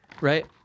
right